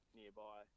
nearby